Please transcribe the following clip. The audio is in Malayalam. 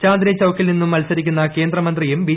ചാന്ദ്നി ചൌകിൽ നിന്നും മത്സരിക്കുന്ന കേന്ദ്രമന്ത്രിയു്പു ബി